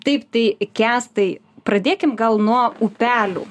taip tai kęstai pradėkim gal nuo upelių